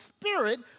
spirit